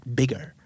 bigger